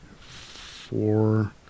four